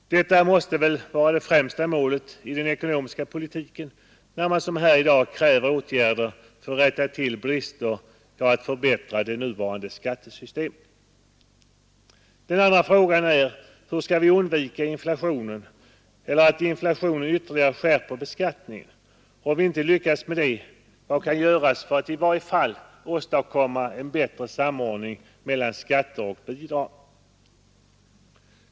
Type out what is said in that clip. Detta måste också vara det främsta målet för den ekonomiska politiken, när man som här i dag kräver åtgärder för att rätta till brister i det nuvarande skattesystemet. Den andra frågan är hur vi skall undvika inflationen eller att inflationen ytterligare skärper beskattningen. Om vi inte lyckas med det, vad kan då göras för att i varje fall åstadkomma en bättre samordning mellan skatter och bidrag?